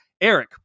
Eric